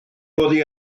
oddi